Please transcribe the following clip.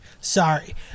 Sorry